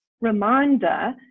reminder